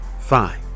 fine